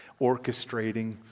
orchestrating